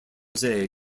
jose